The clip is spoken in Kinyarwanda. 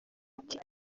ati